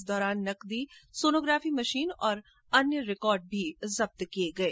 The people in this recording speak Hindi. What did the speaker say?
इस दौरान नकदी सोनोग्राफी मशीन और अन्य रिकॉर्ड भी जब्त किए गए हैं